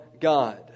God